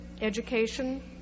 education